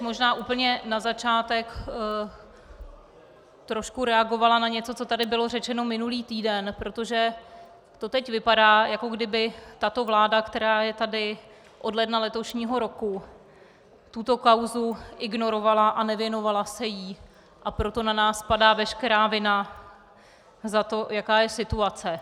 Možná bych úplně na začátek reagovala na něco, co tady bylo řečeno minulý týden, protože to teď vypadá, jako kdyby tato vláda, která je tady od ledna letošního roku, tuto kauzu ignorovala a nevěnovala se jí, a proto na nás padá veškerá vina za to, jaká je situace.